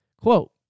Quote